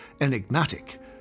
enigmatic